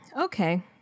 Okay